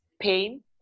pain